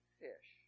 fish